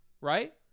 right